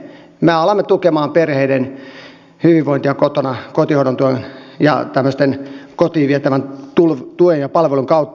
me alamme tukemaan perheiden hyvinvointia kotona kotihoidon tuen ja tämmöisen kotiin vietävän tuen ja palvelun kautta